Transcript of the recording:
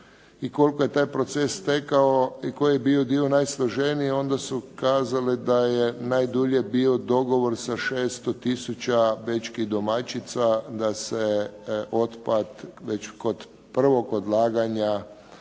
koliko je taj proces tekao i koji je bio dio najsloženiji onda su kazali da je najdulje bio dogovor sa 600 tisuća bečkih domaćica da se otpad već kod prvog odlaganja